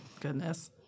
Goodness